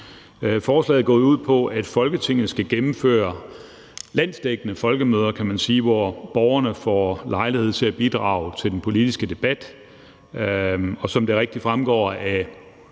Forslaget går ud på, at Folketinget skal gennemføre landsdækkende folkemøder, hvor borgerne får lejlighed til at bidrage til den politiske debat. Som det rigtigt fremgår af